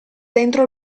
dentro